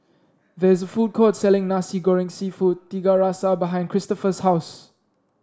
there is a food court selling Nasi Goreng seafood Tiga Rasa behind Christopher's house